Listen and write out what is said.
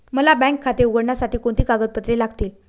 मला बँक खाते उघडण्यासाठी कोणती कागदपत्रे लागतील?